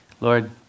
Lord